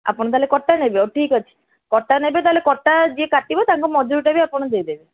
ଆପଣ ତାହେଲେ କଟା ନେବେ ହଉ ଠିକ୍ ଅଛି କଟା ନେବେ ତାହେଲେ କଟା ଯିଏ କାଟିବ ତାଙ୍କ ମଜୁରୀଟା ବି ଆପଣ ଦେଇଦେବେ